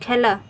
খেলা